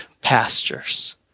pastures